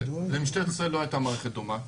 למשטרת ישראל לא הייתה מערכת דומה.